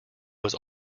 was